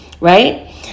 right